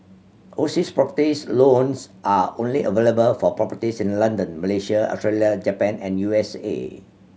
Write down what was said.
overseas properties loans are only available for properties in London Malaysia Australia Japan and U S A